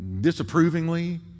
disapprovingly